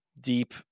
deep